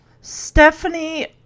Stephanie